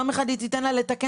יום אחד הם יתקנו ספרים,